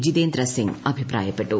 ജിതേന്ദ്രസിങ് അഭിപ്രായപ്പെട്ടു